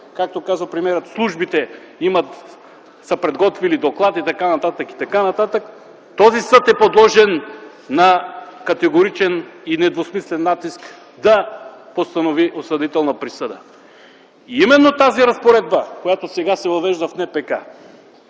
както каза премиерът, службите са подготвили доклад и т.н., е подложен на категоричен и недвусмислен натиск да постанови осъдителна присъда. Именно тази разпоредба, която сега се въвежда в НПК,